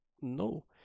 no